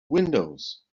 windows